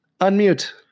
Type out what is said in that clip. Unmute